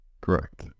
Correct